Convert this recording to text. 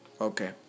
Okay